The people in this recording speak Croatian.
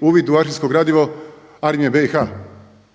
uvid u arhivsko gradivo Armije BiH.